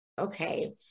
okay